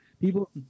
people